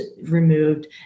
removed